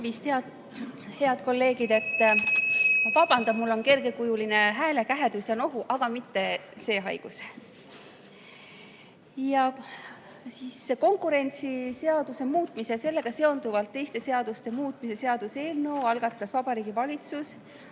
Tervist, head kolleegid! Ma vabandan, mul on kergekujuline häälekähedus ja nohu, aga mitte see haigus. Konkurentsiseaduse muutmise ja sellega seonduvalt teiste seaduste muutmise seaduse eelnõu algatas Vabariigi Valitsus